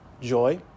joy